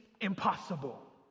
impossible